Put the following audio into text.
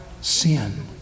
sin